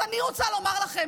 אז אני רוצה לומר לכם,